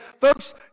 Folks